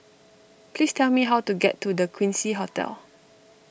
please tell me how to get to the Quincy Hotel